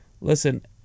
listen